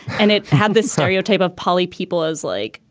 and it had this stereotype of poly people as like,